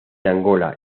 angola